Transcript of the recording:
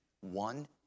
One